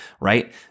right